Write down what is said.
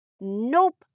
Nope